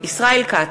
ישראל כץ,